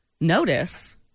Notice